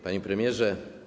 Panie Premierze!